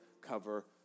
cover